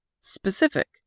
Specific